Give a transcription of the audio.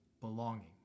belonging